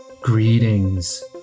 Greetings